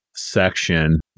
section